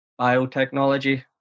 biotechnology